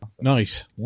Nice